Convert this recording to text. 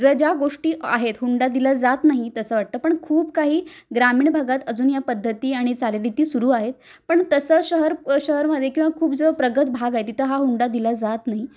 ज ज्या गोष्टी आहेत हुंडा दिल्या जात नाही तसं वाटतं पण खूप काही ग्रामीण भागात अजून या पद्धती आणि चालीरीती सुरू आहेत पण तसं शहर शहरामध्ये किंवा खूप जो प्रगत भाग आहे तिथं हा हुंडा दिला जात नाही